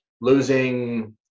losing